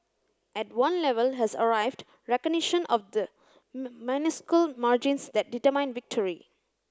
at one level has arrived recognition of the minuscule margins that determine victory